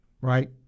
right